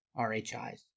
RHIs